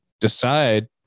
Decide